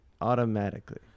automatically